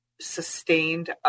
Sustained